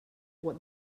what